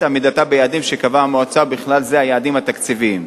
עמידתה ביעדים שקבעה המועצה ובכלל זה היעדים התקציביים.